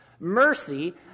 Mercy